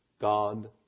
God